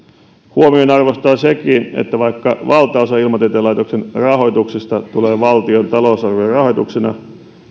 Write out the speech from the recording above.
huomionarvoista on sekin että vaikka valtaosa ilmatieteen laitoksen rahoituksesta tulee valtion talousarviorahoituksena